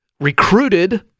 recruited